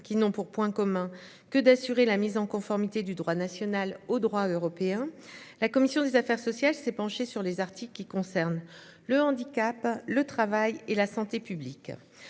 qui n'ont pour point commun que d'assurer la mise en conformité du droit national au droit européen. La commission des Affaires sociales s'est penché sur les articles qui concernent le handicap le travail et la santé publique